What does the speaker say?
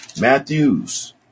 Matthews